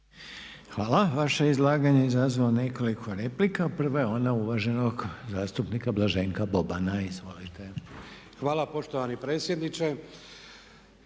Hvala. Vaše je izlaganje izazvalo nekoliko replika, prva je ona uvaženog zastupnika Blaženka Bobana. Izvolite. **Boban, Blaženko